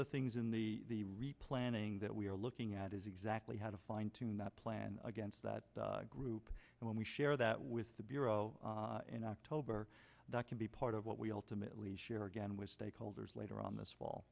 the things in the replanning that we are looking at is exactly how to fine tune the plan against that group and when we share that with the bureau in october that can be part of what we ultimately share again with stakeholders later on this fall